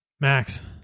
Max